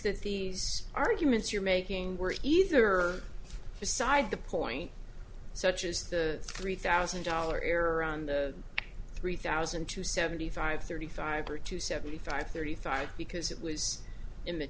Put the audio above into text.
that these arguments you're making were either beside the point such as the three thousand dollar error on the three thousand to seventy five thirty five or to seventy five thirty five because it was i